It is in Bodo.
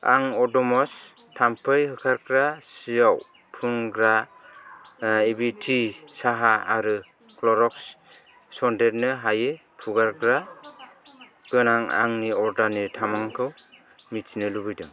आं अड'म'स थाम्फै होखारग्रा सिआव फुनग्रा एविटि साहा आरो क्ल'र'क्स सन्देरनो हायि फुगारग्रा गोनां आंनि अर्डारनि थामामखौ मिथिनो लुबैदों